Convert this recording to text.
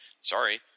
sorry